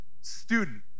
student